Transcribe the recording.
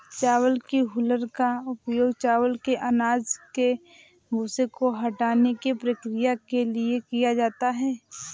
चावल की हूलर का उपयोग चावल के अनाज के भूसे को हटाने की प्रक्रिया के लिए किया जाता है